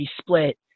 split